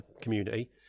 community